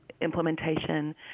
implementation